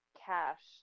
cash